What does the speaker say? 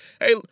hey